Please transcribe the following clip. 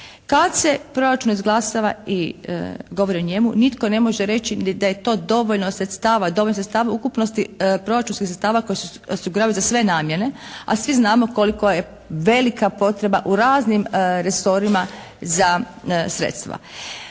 Kad se proračun izglasava i govori o njemu nitko ne može reći ni da je to dovoljno sredstava, dovoljno sredstava ukupnosti proračunskih sredstava koji se osiguravaju za sve namjene, a svi znamo koliko je velika potreba u raznim resorima za sredstva.